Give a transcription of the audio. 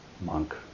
monk